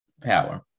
power